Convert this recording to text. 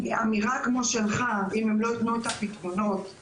אמירה כמו שלך "אם הם לא יתנו את הפתרונות אז